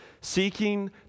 seeking